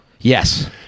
Yes